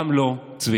גם לא צביקה.